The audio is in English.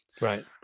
Right